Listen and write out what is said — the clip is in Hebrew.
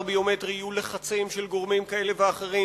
ביומטרי יהיו לחצים של גורמים כאלה ואחרים,